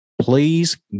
please